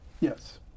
Yes